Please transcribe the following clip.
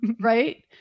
right